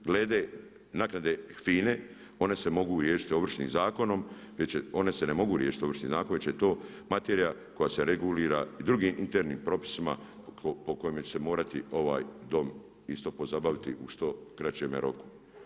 Glede naknade FINA-e one su mogu riješiti Ovršnim zakonom, one se ne mogu riješiti Ovršnim zakonom već je to materija koja regulira i drugim internim propisima po kome će se morati ovaj Dom isto pozabaviti u što kraćem roku.